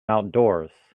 outdoors